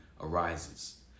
arises